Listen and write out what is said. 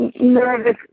nervous